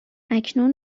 اکنون